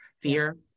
fear